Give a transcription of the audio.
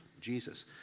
Jesus